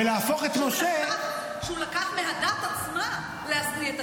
ולהפוך את משה --- שהוא לקח מהדת עצמה להשניא את הדת.